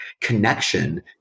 connection